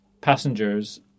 passengers